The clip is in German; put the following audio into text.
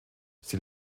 sie